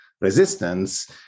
resistance